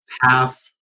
half